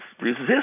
resist